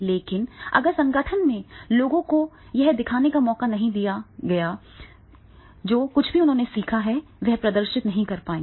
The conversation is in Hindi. लेकिन अगर संगठन ने लोगों को यह दिखाने का मौका नहीं दिया कि जो कुछ भी सीखा गया है तो वे प्रदर्शित नहीं कर पाएंगे